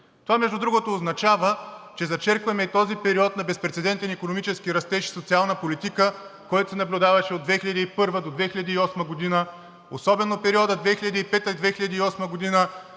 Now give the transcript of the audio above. Това между другото означава, че зачеркваме и този период на безпрецедентен икономически растеж и социална политика, който се наблюдаваше от 2001-а до 2008 г., особено в периода 2005 – 2008 г.,